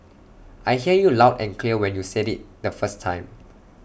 I heard you loud and clear when you said IT the first time